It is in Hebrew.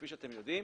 כפי שאתם יודעים,